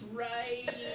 right